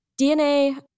DNA